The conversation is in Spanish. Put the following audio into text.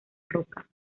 roca